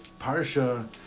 Parsha